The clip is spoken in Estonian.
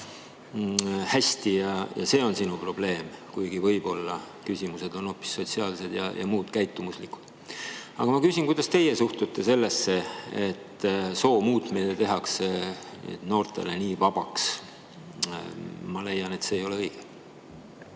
hästi, see on sinu probleem, kuigi küsimused on võib-olla hoopis sotsiaalsed, käitumuslikud. Ma küsin: kuidas teie suhtute sellesse, et soo muutmine tehakse noortele nii vabaks? Ma leian, et see ei ole õige.